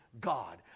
God